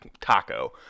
taco